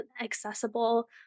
accessible